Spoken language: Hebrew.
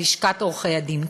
לשכת עורכי-הדין,